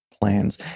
plans